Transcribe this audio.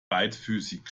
beidfüßig